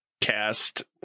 Cast